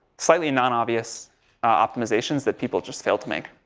slightly none obvious optimizations that people just failed to make.